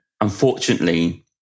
unfortunately